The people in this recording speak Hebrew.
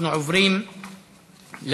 אנחנו עוברים לדיון.